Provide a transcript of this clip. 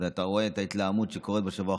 ואתה רואה את ההתלהמות שקורית בשבוע האחרון,